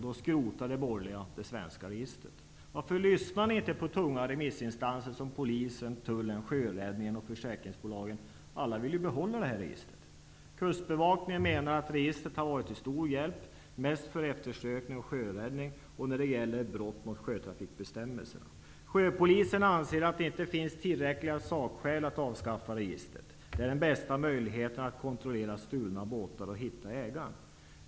Då skrotar de borgerliga partierna det svenska registret. Varför lyssnar ni inte på de tunga remissinstanserna som polisen, tullen, sjöräddningen och försäkringsbolagen? De vill alla behålla registret. Kustbevakningen menar att registret har varit till stor hjälp, mest för eftersökning och sjöräddning och när det gäller brott mot sjötrafikbestämmelserna. Sjöpolisen anser att det inte finns tillräckliga sakskäl att avskaffa registret. Det är den bästa möjligheten att kontrollera stulna båtar och att hitta ägaren.